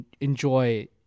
enjoy